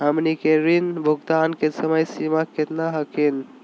हमनी के ऋण भुगतान के समय सीमा केतना हखिन?